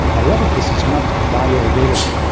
a lot of this is not bioavailable,